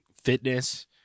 fitness